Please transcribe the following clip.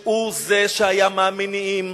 שהוא שהיה מהמניעים,